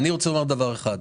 אני רוצה לומר דבר אחד.